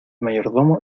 mayordomo